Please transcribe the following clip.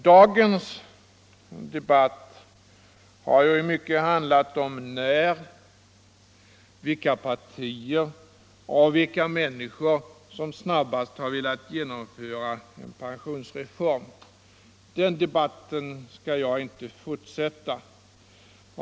Dagens debatt har i mycket handlat om när en pensionsreform skall genomföras och vilka partier och vilka människor som snabbast har 105 velat genomföra en sådan reform. Den debatten skall jag inte fortsätta.